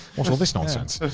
what's all this nonsense?